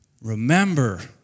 Remember